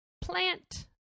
plant